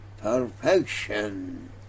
perfection